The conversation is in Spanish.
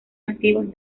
nativos